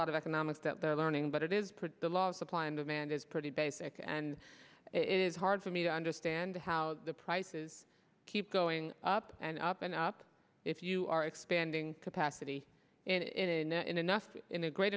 lot of economics that they're learning but it is the law supply and demand is pretty basic and it is hard for me to understand how the prices keep going up and up and up if you are expanding capacity